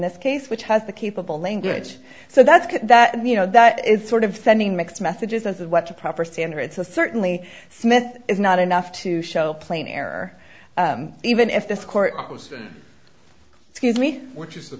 this case which has the capable language so that's good that you know that it's sort of sending mixed messages as of what the proper standards are certainly smith is not enough to show plain error even if this court goes excuse me which is the